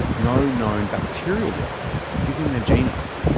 no known bacterial dna is in their genomes.